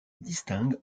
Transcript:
distingue